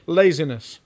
laziness